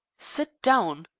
sit down!